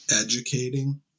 educating